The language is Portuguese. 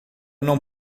não